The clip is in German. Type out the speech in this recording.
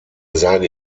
sage